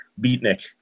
beatnik